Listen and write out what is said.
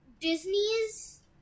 Disney's